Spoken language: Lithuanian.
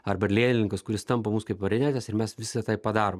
arba lėlininkas kuris tampo mus kaip marionetes ir mes visa tai padarom